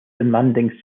demanding